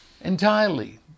entirely